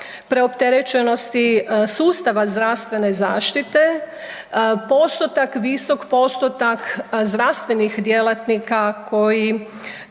preopterećenosti sustava zdravstvene zaštite, postotak, visok postotak zdravstvenih djelatnika koji